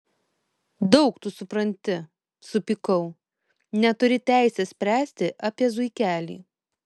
daug tu supranti supykau neturi teisės spręsti apie zuikelį